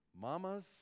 Mama's